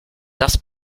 das